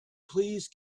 please